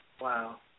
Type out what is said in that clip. Wow